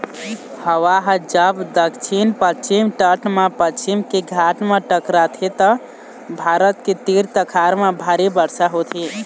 हवा ह जब दक्छिन पस्चिम तट म पश्चिम के घाट म टकराथे त भारत के तीर तखार म भारी बरसा होथे